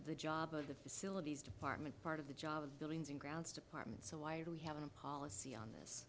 the job of the facilities department part of the job of buildings and grounds departments so why are we having a policy on this